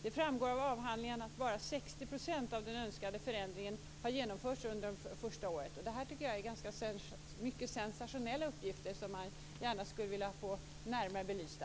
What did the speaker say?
Det framgår av avhandlingen att bara 60 % av den önskade förändringen har genomförts under det första året. Jag tycker att detta är mycket sensationella uppgifter som man gärna skulle vilja få närmare belysta.